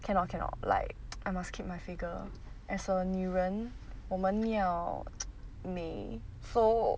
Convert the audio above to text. cannot cannot like I must keep my figure as a 女人我们要美 so